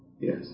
Yes